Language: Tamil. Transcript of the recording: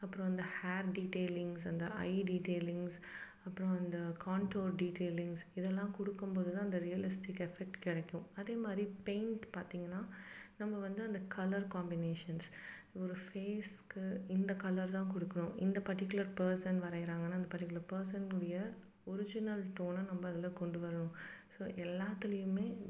அப்புறம் அந்த ஹேர் டீட்டைலிங்ஸ் அந்த ஐ டீட்டைலிங்ஸ் அப்புறம் அந்த காண்டோர் டீட்டைலிங்ஸ் இதெல்லாம் கொடுக்கும் போது தான் அந்த ரியலிஸ்டிக் எஃபெக்ட் கிடைக்கும் அதேமாதிரி பெயிண்ட் பார்த்திங்கன்னா நம்ம வந்து அந்த கலர் காம்பினேஷன்ஸ் ஒரு ஃபேஸ்க்கு இந்த கலர் தான் கொடுக்கணும் இந்த பர்ட்டிகுலர் பர்ஸன் வரையிறாங்கன்னா அந்த பர்ட்டிகுலர் பர்ஸனுடைய ஒரிஜினல் டோனை நம்ம அதில் கொண்டுவரணும் ஸோ எல்லாத்துலேயுமே